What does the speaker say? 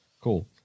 cool